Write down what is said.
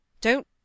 Don't